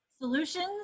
solutions